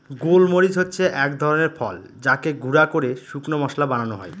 গোল মরিচ হচ্ছে এক ধরনের ফল যাকে গুঁড়া করে শুকনো মশলা বানানো হয়